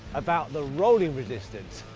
about the rolling resistance?